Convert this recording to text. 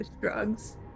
drugs